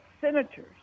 senators